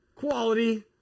Quality